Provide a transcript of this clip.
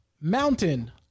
mountain